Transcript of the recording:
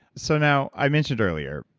so now, i mentioned earlier,